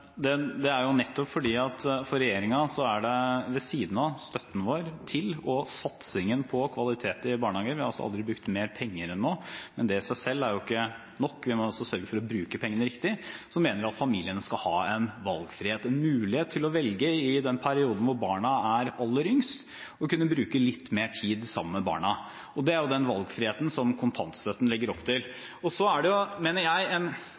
det er at barnehagar er ei kjempegod og -viktig investering i kvalitet i skulen. Mitt enkle spørsmål til kunnskapsminister Røe Isaksen er: Kvifor kontantstøtte da? Ved siden av vår støtte til og vår satsing på kvalitet i barnehagen – vi har altså aldri brukt mer penger enn nå, men det i seg selv er jo ikke nok, for vi må også sørge for å bruke pengene riktig – mener regjeringen at familiene skal ha valgfrihet: muligheten til å velge, i den perioden hvor barna er aller yngst, til å bruke litt mer tid sammen med dem. Det er den valgfriheten som kontantstøtten legger opp til. Jeg